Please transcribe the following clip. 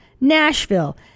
nashville